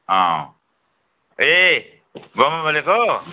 अँ ए गोमा बोलेको हो